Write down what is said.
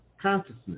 consciousness